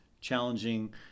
challenging